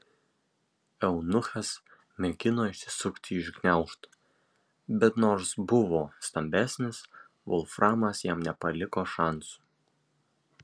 eunuchas mėgino išsisukti iš gniaužtų bet nors buvo stambesnis volframas jam nepaliko šansų